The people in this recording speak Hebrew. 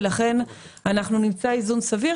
ולכן אנחנו נמצא איזון סביר,